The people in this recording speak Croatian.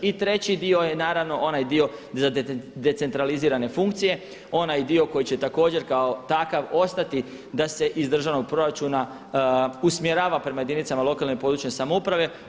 I treći dio je naravno onaj dio za decentralizirane funkcije, onaj dio koji će također kao takav ostati da se iz državnog proračuna usmjerava prema jedinice lokalne i područne samouprave.